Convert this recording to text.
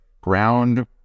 ground